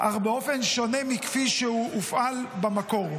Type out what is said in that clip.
אך באופן שונה מכפי שהוא הופעל במקור,